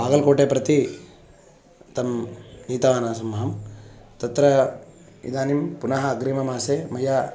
बागल्कोटे प्रति तं नीतवान् आसम् अहं तत्र इदानीं पुनः अग्रिममासे मया